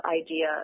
idea